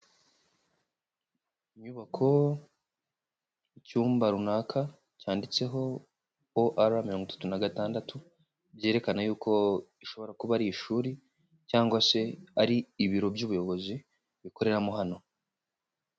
Inyubako y'icyumba runaka cyanditseho OR mirongo itatu na gatandatu, byerekana yuko ishobora kuba ari ishuri cyangwa se ari ibiro by'ubuyobozi bikoreramo hano.